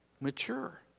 Mature